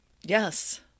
Yes